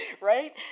right